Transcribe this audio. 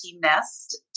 nest